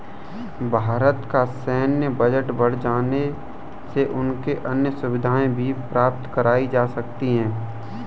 भारत का सैन्य बजट बढ़ जाने से उनको अन्य सुविधाएं भी प्राप्त कराई जा सकती हैं